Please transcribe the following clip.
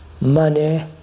money